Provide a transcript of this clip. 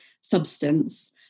substance